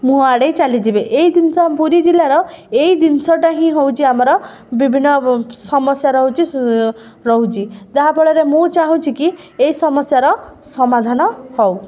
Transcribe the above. ମୁହଁ ଆଡ଼େଇ ଚାଲିଯିବେ ଏଇ ଜିନିଷ ପୁରୀ ଜିଲ୍ଲାର ଏଇ ଜିନିଷଟା ହିଁ ହେଉଛି ଆମର ବିଭିନ୍ନ ସମସ୍ୟାର ହେଉଛି ରହୁଛି ଯାହା ଫଳରେ ମୁଁ ଚାହୁଁଛି କି ଏ ସମସ୍ୟାର ସମାଧାନ ହେଉ